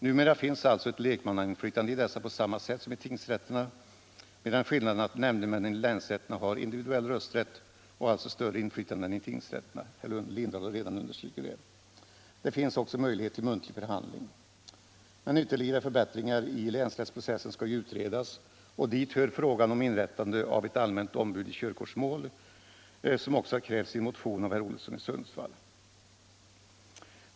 Numera finns alltså ett lekmannainflytande i dessa på samma sätt som i tingsrätterna, med den skillnaden att nämndemännen i länsrätterna har individuell rösträtt och alltså större inflytande än i tingsrätterna — herr Lindahl har redan understrukit detta. Det finns också möjlighet till muntlig förhandling. Men ytterligare förbätringar i länsrättsprocessen skall ju utredas, och dit hör frågan om inrättande av ett allmänt ombud i körkortsmål, något som också har krävts i en motion av herr Olsson i Sundsvall.